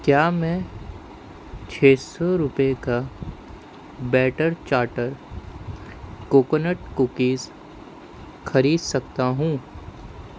کیا میں چھ سو روپے کا بیٹر چاٹر کوکونٹ کوکیز خرید سکتا ہوں